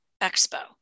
expo